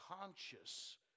conscious